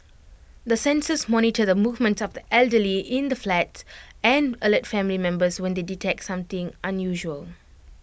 the sensors monitor the movements of the elderly in the flats and alert family members when they detect something unusual